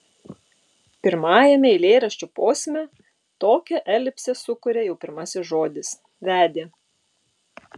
pirmajame eilėraščio posme tokią elipsę sukuria jau pirmasis žodis vedė